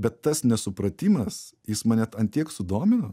bet tas nesupratimas jis mane ant tiek sudomino